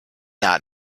not